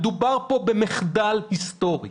מדובר כאן במחדל היסטורי.